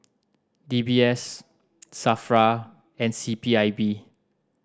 D B S SAFRA and C P I B